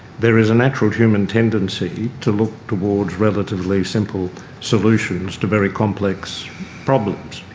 there is a natural human tendency to look towards relatively simple solutions to very complex problems.